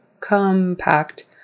compact